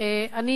כן,